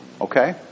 Okay